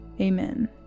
Amen